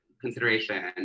consideration